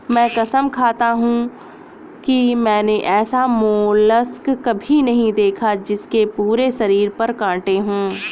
मैं कसम खाता हूँ कि मैंने ऐसा मोलस्क कभी नहीं देखा जिसके पूरे शरीर पर काँटे हों